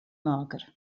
mager